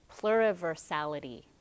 pluriversality